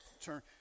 turn